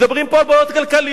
מדברים פה על בעיות כלכליות.